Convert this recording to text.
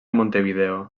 montevideo